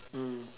mm